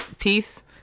peace